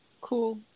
cool